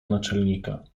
naczelnika